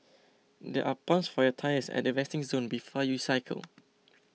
there are pumps for your tyres at the resting zone before you cycle